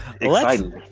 Exciting